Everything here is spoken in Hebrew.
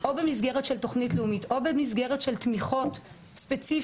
או במסגרת של תוכנית לאומית או במסגרת של תמיכות ספציפיות,